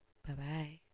Bye-bye